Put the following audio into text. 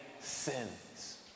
sins